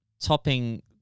topping